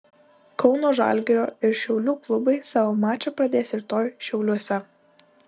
kauno žalgirio ir šiaulių klubai savo mačą pradės rytoj šiauliuose